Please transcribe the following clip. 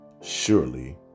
surely